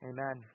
Amen